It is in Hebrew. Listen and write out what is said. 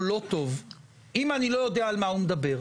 לא טוב אם אני לא יודע על מה הוא מדבר,